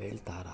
ಬೆಳೀತಾರ